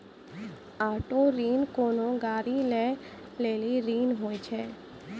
auto ऋण कोनो गाड़ी लै लेली ऋण होय छै